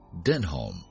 Denholm